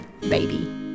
baby